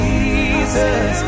Jesus